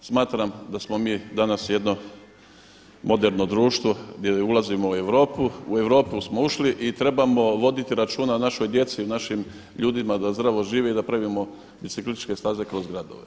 Smatram da smo mi danas jedno moderno društvo gdje ulazimo u Europu, u Europu smo ušli i trebamo voditi računa o našoj djeci, o našim ljudima da zdravo žive i da pravimo biciklističke staze kroz gradove.